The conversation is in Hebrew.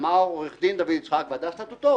אמר עורך דין דוד יצחק: ועדה סטטוטורית.